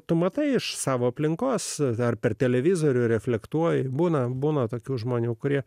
tu matai iš savo aplinkos dar per televizorių reflektuoju būna būna tokių žmonių kurie